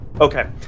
Okay